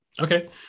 okay